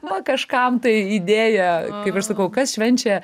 va kažkam tai idėja kaip aš sakau kas švenčia